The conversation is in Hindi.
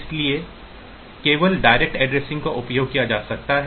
इसलिए केवल डायरेक्ट एड्रेसिंग का उपयोग किया जा सकता है